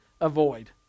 avoid